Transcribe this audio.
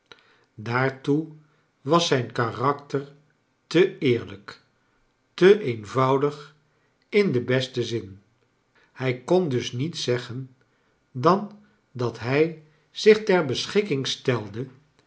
daartoe was zijn karakter te eerlijk te eenvoudig in den besten zin hij kon dus niets zeggen dan dat hij zich ter beschikking stelde